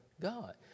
God